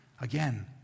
Again